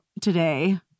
today